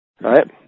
right